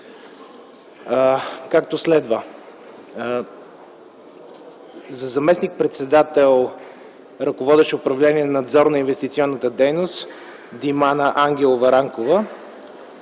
както следва: - за заместник-председател, ръководещ управление „Надзор на инвестиционната дейност” – Димана Ангелова Ранкова;